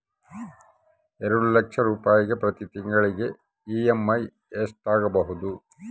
ಎರಡು ಲಕ್ಷ ರೂಪಾಯಿಗೆ ಪ್ರತಿ ತಿಂಗಳಿಗೆ ಇ.ಎಮ್.ಐ ಎಷ್ಟಾಗಬಹುದು?